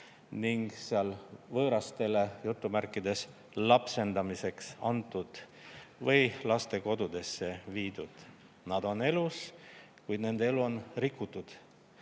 ning seal võõrastele "lapsendamiseks" antud või lastekodudesse viidud. Nad on elus, kuid nende elu on rikutud,